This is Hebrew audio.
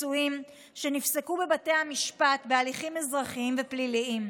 פיצויים שנפסקו בבתי המשפט בהליכים אזרחיים ופליליים.